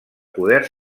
poder